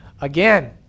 Again